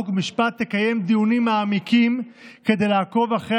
חוק ומשפט תקיים דיונים מעמיקים כדי לעקוב אחרי